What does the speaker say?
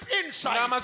inside